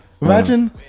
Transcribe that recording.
Imagine